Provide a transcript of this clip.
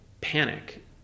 panic